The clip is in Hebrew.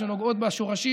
שנוגעות בשורשים,